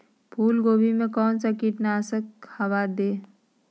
फूलगोभी में कौन सा कीटनाशक दवा दे?